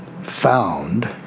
Found